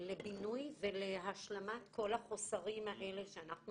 לבינוי ולהשלמת כל החוסרים האלה שאנחנו